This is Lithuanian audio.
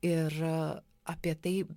ir apie tai